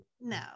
no